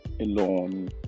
alone